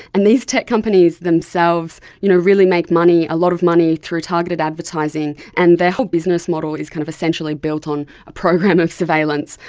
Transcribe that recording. and these tech companies themselves you know really make a lot of money through targeted advertising, and their whole business model is kind of essentially built on a program of surveillance.